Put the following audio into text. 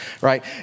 right